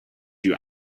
you